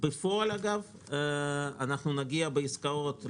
בפועל נגיע בעסקאות להערכתי,